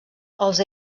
els